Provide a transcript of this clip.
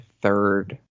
third